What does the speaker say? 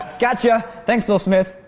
gotcha. thanks dale smith.